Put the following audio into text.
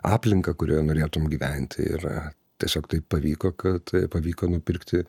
aplinką kurioje norėtum gyventi ir tiesiog tai pavyko kad pavyko nupirkti